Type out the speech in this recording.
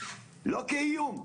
שיושבים בוועדה לא כאיום: